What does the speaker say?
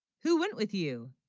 who went with you